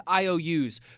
IOUs